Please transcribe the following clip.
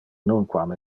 nunquam